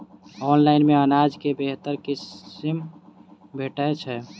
Online मे अनाज केँ बेहतर किसिम भेटय छै?